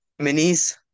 Minis